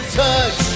touch